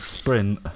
sprint